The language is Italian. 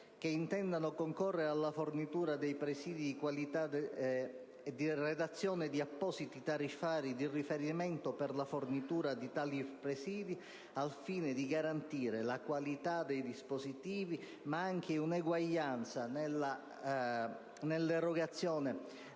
che intendano concorrere alla fornitura dei presidi e redigere appositi tariffari di riferimento per la fornitura di tali presidi, al fine di garantire la qualità dei dispositivi e l'eguaglianza nella erogazione